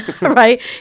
right